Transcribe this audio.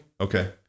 Okay